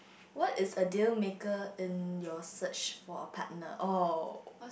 what is a deal maker in your search for a partner or